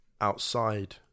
outside